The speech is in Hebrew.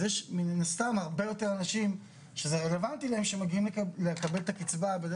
אז יש מין הסתם הרבה יותר אנשים שזה רלבנטי להם שמגיעים לקבל את הקצבה.